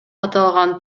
аталган